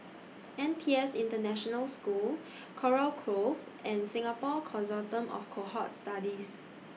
N P S International School Kurau Grove and Singapore Consortium of Cohort Studies